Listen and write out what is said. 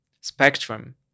spectrum